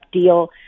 deal